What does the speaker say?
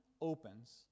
opens